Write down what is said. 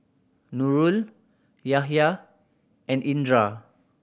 Nurul Yahya and Indra